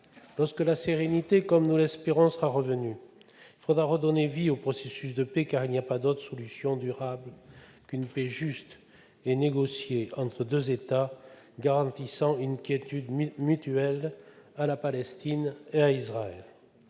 lorsque la sérénité sera revenue, comme nous l'espérons, il faudra redonner vie au processus de paix, car il n'y a pas d'autre solution durable que celle d'une paix juste et négociée entre deux États, garantissant une quiétude mutuelle à la Palestine et à Israël.